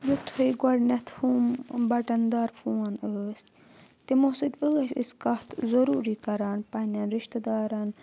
یِتھُے گۄڈنؠتھ ہُم بَٹَن دار فون ٲسۍ تِمو سۭتۍ ٲسۍ أسۍ کَتھ ضٔروٗری کَران پنٛنؠن رِشتہٕ دارَن